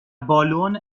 بالن